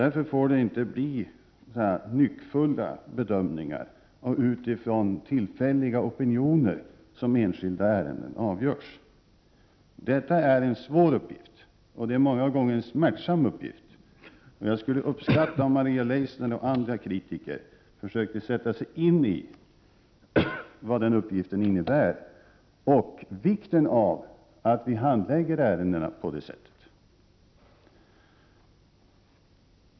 Därför får det inte bli några nyckfulla bedömningar; enskilda ärenden får inte avgöras utifrån tillfälliga opinioner. Detta är en svår uppgift och många gånger en smärtsam uppgift. Jag skulle uppskatta om Maria Leissner och andra kritiker försökte sätta sig in i vad den uppgiften innebär och försökte förstå vikten av att vi handlägger ärendena på det sättet.